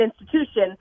institution